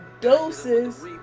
Doses